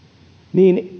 niin